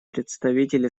представитель